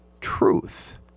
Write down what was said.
truth